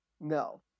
No